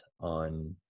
on